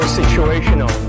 situational